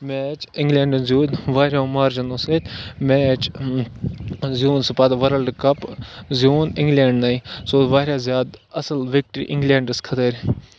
match اِنٛگلینٛڈَن زیوٗد وارِہو مارجِنو سۭتۍ میچ زیوٗن سُہ پَتہٕ ؤرٔلڈٕ کَپ زیوٗن اِنٛگلینٛڈنٕے سُہ اوس واریاہ زیادٕ اَصٕل وِکٹرٛی اِنٛگلینٛڈَس خٲطٕرۍ